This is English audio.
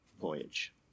voyage